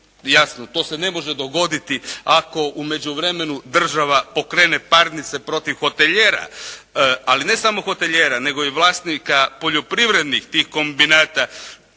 jasno to se ne može dogoditi ako u međuvremenu država pokrene parnice protiv hotelijera. Ali ne samo hotelijera nego i vlasnika poljoprivrednih tih kombinata